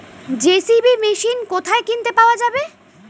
JCB machine কোথায় কিনতে পাওয়া যাবে?